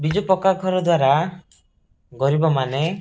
ବିଜୁ ପକ୍କାଘର ଦ୍ୱାରା ଗରିବମାନେ